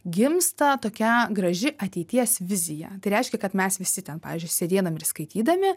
gimsta tokia graži ateities vizija tai reiškia kad mes visi ten pavyzdžiui sėdėdami ir skaitydami